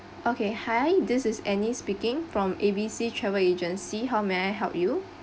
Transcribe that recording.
okay hi this is annie speaking from A_B_C travel agency how may I help you